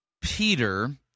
Peter